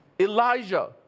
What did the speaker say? Elijah